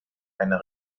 einer